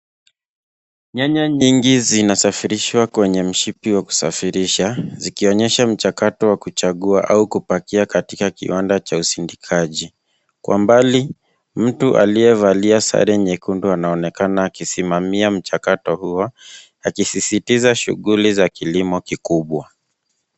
Nyanya nyingi zinasafirishwa kwenye mshipi wa kusafirisha zikionyesha mchakato wa kuchagua au kubagua katika uwanda cha ushindikaji. Kwa mbali, mtu aliyevalia sare nyekundu anaonekana akisimamia mchakato huo akisisitiza shughuli za kilimo kikubwa.